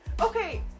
okay